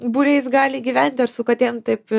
būriais gali gyventi ar su katėm taip